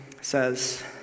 says